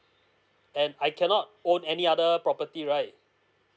and I cannot own any other property right